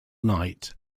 night